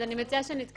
אז אני מציעה שנתקדם